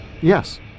Yes